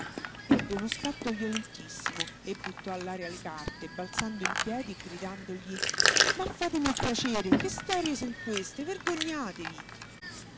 ebbe uno scatto violentissimo e buttò all'aria le carte balzando in piedi e gridandogli ma fatemi il piacere che storie son queste vergognatevi